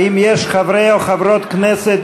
האם יש חברי או חברות כנסת